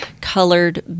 colored